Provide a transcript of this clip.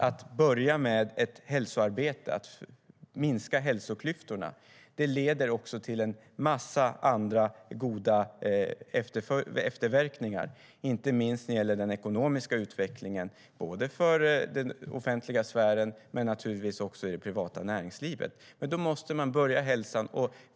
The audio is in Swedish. Att börja med ett arbete för att minska hälsoklyftorna leder också till en massa goda efterverkningar, inte minst när det gäller den ekonomiska utvecklingen, både för den offentliga sfären och för det privata näringslivet.